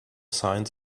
signs